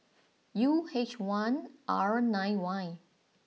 U H one R nine Y